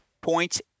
points